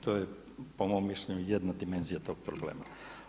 To je po mom mišljenju jedna dimenzija tog problema.